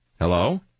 Hello